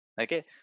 Okay